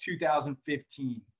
2015